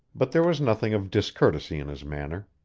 but there was nothing of discourtesy in his manner.